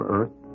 Earth